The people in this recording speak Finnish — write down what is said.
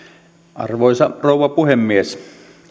arvoisa rouva puhemies